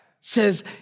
says